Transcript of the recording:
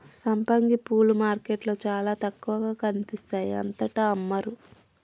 సంపంగి పూలు మార్కెట్లో చాల తక్కువగా కనిపిస్తాయి అంతటా అమ్మరు